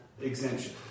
exemption